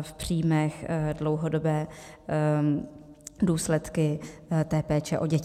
v příjmech jako dlouhodobý důsledek té péče o děti.